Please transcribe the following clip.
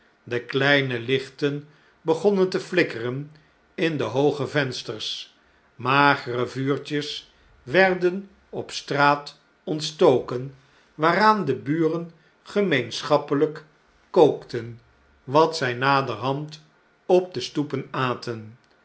de kleine lichten begonnen te flikkeren in de hooge vensters magere vuurtjes werden op straat ontstoken waaraan de buren gemeenschappelp kookten wat zjj naderhand op de stoepen aten